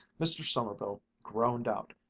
mr. sommerville groaned out,